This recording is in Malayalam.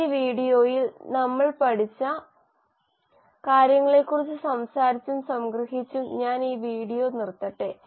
ഈ വിഡിയോയിൽ നമ്മൾ പഠിച്ച കാര്യങ്ങളെക്കുറിച്ച് സംസാരിച്ചും സംഗ്രഹിച്ചും ഞാൻ ഈ വീഡിയോ നിർത്തട്ടെ